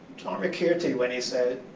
dharmakirti, when he said,